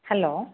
hello